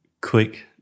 quick